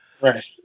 Right